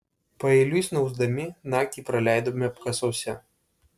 paeiliui snausdami naktį praleidome apkasuose